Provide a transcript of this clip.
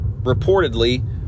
reportedly